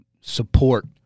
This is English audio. support